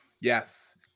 Yes